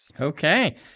Okay